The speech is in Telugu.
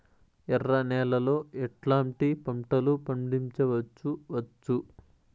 ఎర్ర నేలలో ఎట్లాంటి పంట లు పండించవచ్చు వచ్చు?